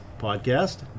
podcast